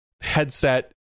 headset